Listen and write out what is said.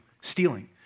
stealing